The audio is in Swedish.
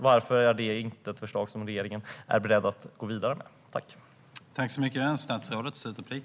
Varför är regeringen inte beredd att gå vidare med detta förslag?